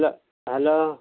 hello hello